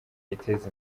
yiteze